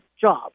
job